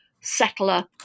settler